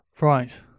Right